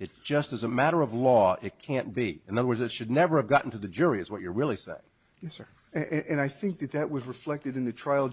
it's just as a matter of law it can't be and that was it should never have gotten to the jury is what you're really saying these are and i think that was reflected in the trial